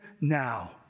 now